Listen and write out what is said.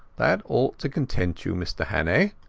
that ought to content you, mr hannay